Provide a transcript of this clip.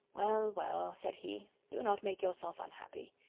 well, well, said he, do not make yourself unhappy.